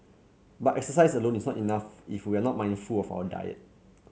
but exercise alone is not enough if we are not mindful of our diet